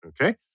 okay